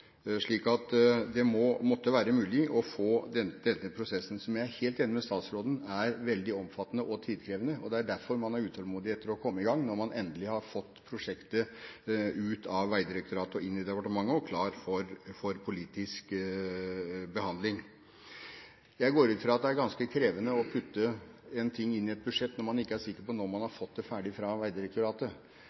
Det måtte være mulig å få opp tempoet på denne prosessen, som jeg er helt enig med statsråden i at er veldig omfattende og tidkrevende. Det er derfor man er utålmodig etter å komme i gang når man endelig har fått prosjektet ut av Vegdirektoratet og inn i departementet og klart for politisk behandling. Jeg går ut fra at det er ganske krevende å putte noe inn i et budsjett når man ikke er sikker på når man får det ferdig i Vegdirektoratet,